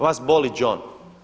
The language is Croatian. Vas boli đon.